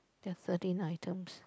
there are thirteen items